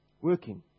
Working